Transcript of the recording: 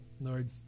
Lord